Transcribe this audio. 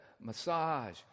massage